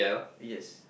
yes